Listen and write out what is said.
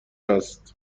هست